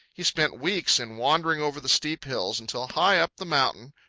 he spent weeks in wandering over the steep hills, until, high up the mountain,